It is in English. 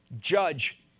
judge